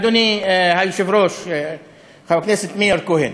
אדוני היושב-ראש חבר הכנסת מאיר כהן,